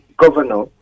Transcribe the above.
governor